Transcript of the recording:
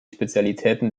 spezialitäten